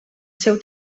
seu